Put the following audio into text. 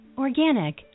Organic